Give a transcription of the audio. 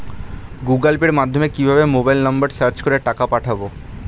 Google পের মাধ্যমে কিভাবে মোবাইল নাম্বার সার্চ করে টাকা পাঠাবো?